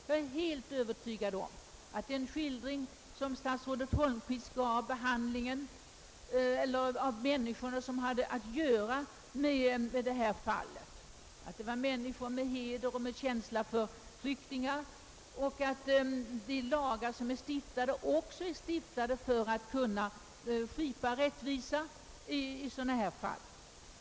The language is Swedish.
Jag är helt övertygad om att den skildring som statsrådet Holmqvist gav av ärendets behandling är riktig och att de som haft att göra med detta fall är människor med heder och med känsla för flyktingar liksom att de lagar vi har är stiftade för att skipa rättvisa i sådana här fall.